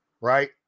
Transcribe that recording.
right